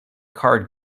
card